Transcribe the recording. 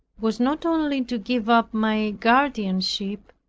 was not only to give up my guardianship,